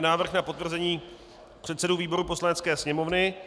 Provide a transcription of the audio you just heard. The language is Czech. Návrh na potvrzení předsedů výborů Poslanecké sněmovny